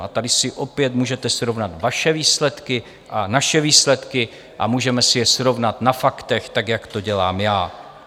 A tady si opět můžete srovnat vaše výsledky a naše výsledky a můžeme si je srovnat na faktech tak, jak to dělám já.